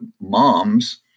Moms